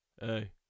hey